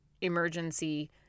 emergency